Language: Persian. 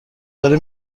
داره